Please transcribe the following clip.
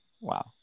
Wow